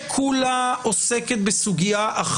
שלום רב, אני מתכבד לפתוח את הישיבה.